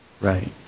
Right